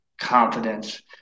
confidence